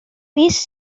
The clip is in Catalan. pis